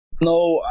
No